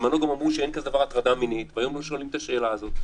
בזמנו גם אמרו שאין כזה דבר הטרדה מינית והיום לא שואלים את השאלה הזו.